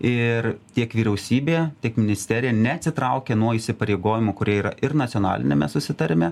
ir tiek vyriausybė tiek ministerija neatsitraukia nuo įsipareigojimų kurie yra ir nacionaliniame susitarime